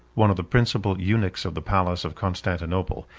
one of the principal eunuchs of the palace of constantinople,